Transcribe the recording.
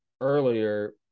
earlier